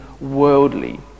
worldly